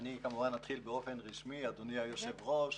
אדוני היושב-ראש,